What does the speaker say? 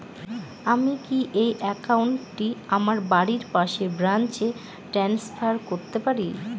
আমি কি এই একাউন্ট টি আমার বাড়ির পাশের ব্রাঞ্চে ট্রান্সফার করতে পারি?